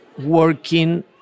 working